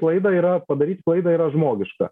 klaidą yra padaryt klaidą yra žmogiška